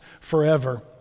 forever